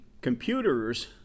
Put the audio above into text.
computers